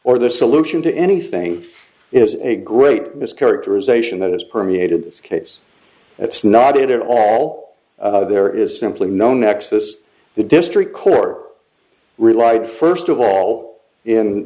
or the solution to anything is a great mis characterization that has permeated this case it's not it at all there is simply no nexus the district court or relied first of all in